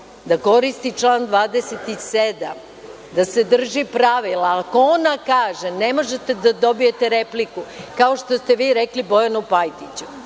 da koristi član 27, da se drži pravila. Ako ona kaže – ne možete da dobijete repliku, kao što ste vi rekli Bojanu Pajtiću…On